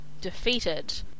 defeated